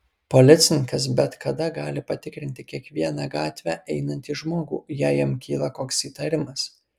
policininkas bet kada gali patikrinti kiekvieną gatve einantį žmogų jei jam kyla koks įtarimas